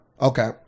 Okay